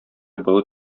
болыт